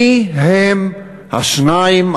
מי הם השניים,